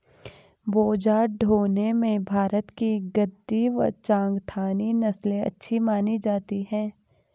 बोझा ढोने में भारत की गद्दी व चांगथागी नस्ले अच्छी मानी जाती हैं